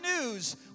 news